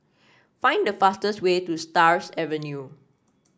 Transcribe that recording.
find the fastest way to Stars Avenue